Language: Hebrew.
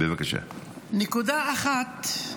נקודה אחת,